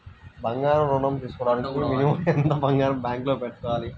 బంగారం ఋణం తీసుకోవడానికి మినిమం ఎంత బంగారం బ్యాంకులో పెట్టాలి?